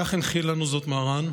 כך הנחיל לנו זאת מרן,